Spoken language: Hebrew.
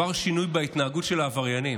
הביא לשינוי בהתנהגות של העבריינים.